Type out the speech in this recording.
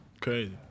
Crazy